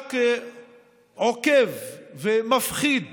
השב"כ עוקב ומפחיד